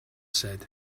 said